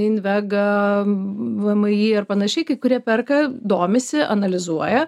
invega vmi ar panašiai kai kurie perka domisi analizuoja